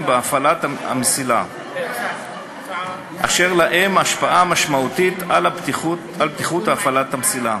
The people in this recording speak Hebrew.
בהפעלת המסילה אשר להם השפעה משמעותית על בטיחות הפעלת המסילה.